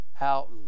out